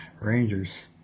Rangers